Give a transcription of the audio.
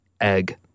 Egg